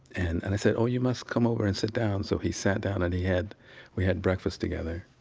and and i said, oh, you must come over and sit down. so he sat down and he had we had breakfast together.